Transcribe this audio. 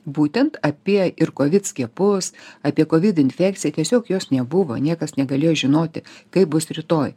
būtent apie ir kovid skiepus apie kovid infekciją tiesiog jos nebuvo niekas negalėjo žinoti kaip bus rytoj